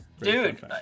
dude